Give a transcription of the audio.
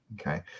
okay